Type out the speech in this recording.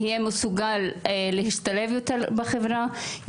יהיה מסוגל להשתלב יותר בחברה,